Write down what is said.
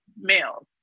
males